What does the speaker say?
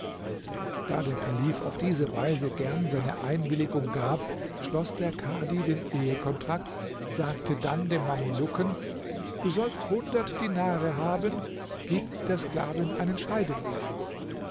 da der kalif auf diese weise gern seine einwilligung gab schloß der kadhi den ehekontrakt sagte dann dem mamelucken du sollst hundert dinare haben gib der sklavin einen